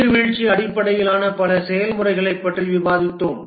நீர்வீழ்ச்சி அடிப்படையிலான பல செயல்முறைகளைப் பற்றி விவாதித்தோம்